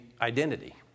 identity